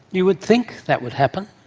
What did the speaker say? you would think that would happen.